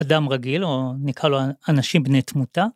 אדם רגיל או נקרא לו אנשים בני תמותה.